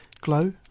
glow